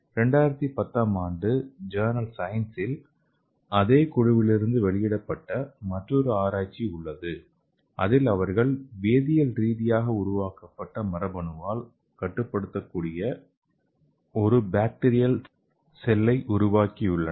2010 ஆம் ஆண்டில் ஜர்னல் சயின்ஸில் அதே குழுவிலிருந்து வெளியிடப்பட்ட மற்றொரு ஆராய்ச்சி உள்ளது அதில் அவர்கள் வேதியியல் ரீதியாக உருவாக்கப்பட்ட மரபணுவால் கட்டுப்படுத்தக்கூடிய ஒரு பாக்டீரியா செல்லை உருவாக்கியுள்ளனர்